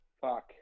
fuck